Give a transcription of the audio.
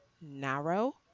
narrow